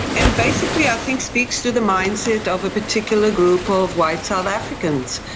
and basically i think speaks to the mindset of a particular group of white south africans.